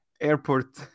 airport